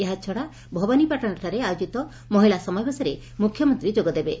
ଏହାଛଡ଼ା ଭବାନୀ ପାଟଶାଠାରେ ଆୟୋଜିତ ମହିଳା ସମାବେଶରେ ମୁଖ୍ୟମନ୍ତୀ ଯୋଗ ଦେବେ